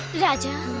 raja!